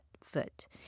foot